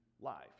life